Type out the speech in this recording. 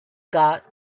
got